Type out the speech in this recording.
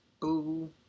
boo